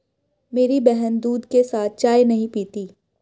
मेरी बहन दूध के साथ चाय नहीं पीती